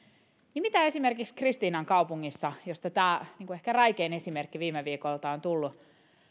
niin miten esimerkiksi kristiinankaupungissa josta tämä ehkä räikein esimerkki viime viikolta on tullut